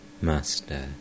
Master